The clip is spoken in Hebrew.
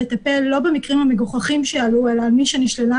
לטפל במקרים המגוחכים שעלו אלא במי שנשללה